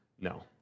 No